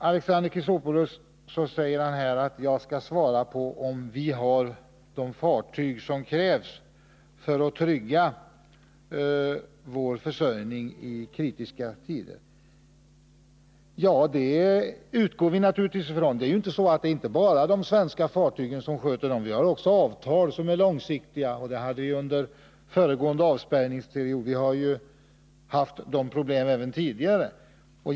Alexander Chrisopoulos vill att jag skall svara på om vi har de fartyg som krävs för att trygga vår försörjning i kritiska tider. Ja, det utgår vi naturligtvis ifrån. Det är inte bara svenska fartyg som sköter transporterna. Vi har också avtal, som är långsiktiga, med utländska rederier. Det hade vi också under föregående avspärrningsperiod -— vi har ju haft samma problem även tidigare.